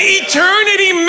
eternity